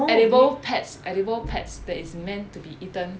edible pets edible pets that is meant to be eaten